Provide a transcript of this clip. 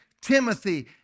Timothy